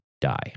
die